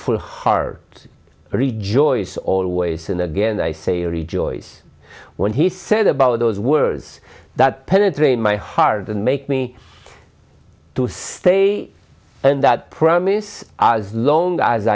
for heart rejoice always and again i say rejoice when he said about those words that penetrate my heart and make me to stay and that promise as long as